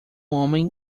homem